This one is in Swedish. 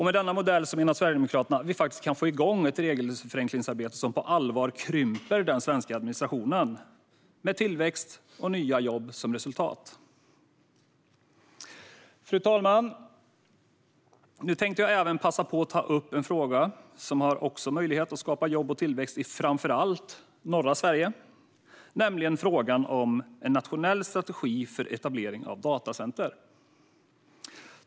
Med denna modell menar Sverigedemokraterna att vi faktiskt kan få igång ett regelförenklingsarbete som på allvar krymper den svenska administrationen med tillväxt och nya jobb som resultat. Fru talman! Nu tänkte jag även passa på att ta upp en fråga som också kan innebära jobb och tillväxt i framför allt norra Sverige, nämligen frågan om en nationell strategi för etablering av datacenter.